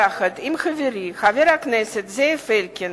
יחד עם חברי חבר הכנסת זאב אלקין,